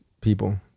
people